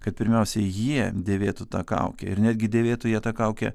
kad pirmiausia jie dėvėtų tą kaukę ir netgi dėvėtų jie tą kaukę